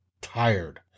tired